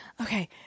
okay